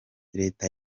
reta